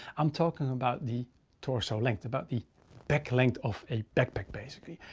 i'm talking about the torso length about the back length of a backpack basically.